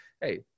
hey